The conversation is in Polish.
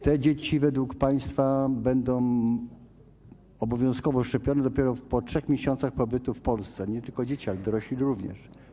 Te dzieci według państwa będą obowiązkowo szczepione dopiero po 3 miesiącach pobytu w Polsce - nie tylko dzieci, ale dorośli również.